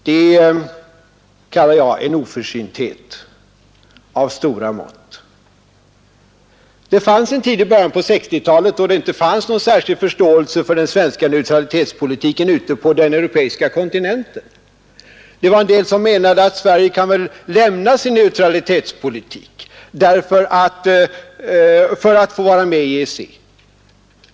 Detta påstående kallar Ang. förhandlingarjag en oförsynthet av stora mått. na mellan Sverige Det var en tid i början av 1960-talet då det ute på den europeiska och EEC kontinenten inte fanns någon särskild förståelse för den svenska neutralitetspolitiken. En del menade att Sverige väl kunde överge sin neutralitetspolitik för att få vara med i EEC.